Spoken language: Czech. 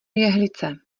jehlice